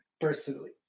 personally